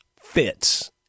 fits